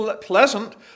pleasant